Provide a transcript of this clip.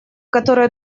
которые